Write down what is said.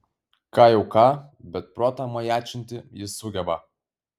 ką jau ką bet protą majačinti jis sugeba